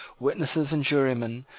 witnesses and jurymen,